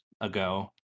ago